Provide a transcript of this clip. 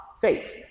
faith